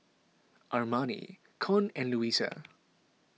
Armani Con and Luisa